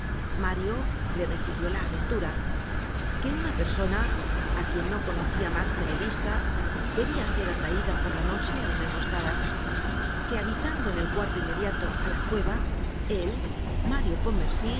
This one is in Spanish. mario le refirió la aventura que una persona á quien no conocia mas que de vista debia ser atraida por la noche á una emboscada que habitando en el cuarto inmediato á la cueva él mario